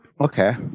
Okay